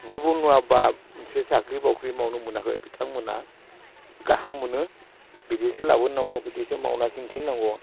निबनुवा बा साख्रि बाख्रि मावनो मोनाखै बिथांमोना गाहाम मोनो बिदिसो लाबोनांगौ बिदिसो मावना खिन्थिनांगौ